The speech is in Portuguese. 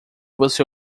você